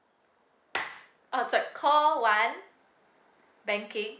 ah sorry call one banking